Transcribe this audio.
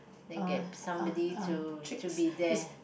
then get somebody to to be there